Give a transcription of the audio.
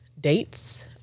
dates